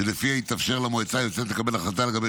שלפיה יתאפשר למועצה היוצאת לקבל החלטה לגבי